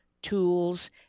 tools